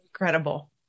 Incredible